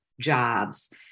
jobs